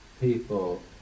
people